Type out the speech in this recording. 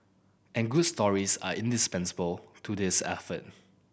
and good stories are indispensable to this effort